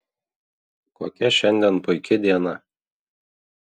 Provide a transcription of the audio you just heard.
kokia šiandien puiki diena